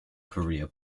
career